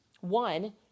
one